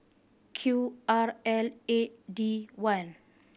Q R L eight D one